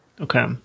Okay